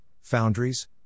foundries